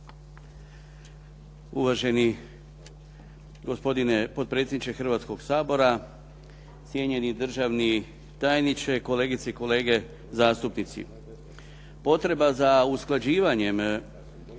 Uvaženi gospodine potpredsjedniče Hrvatskog sabora, cijenjeni državni tajniče, kolegice i kolege zastupnici. Potreba za usklađivanjem